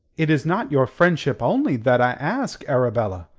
it is not your friendship only that i ask, arabella.